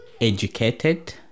educated